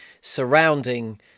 surrounding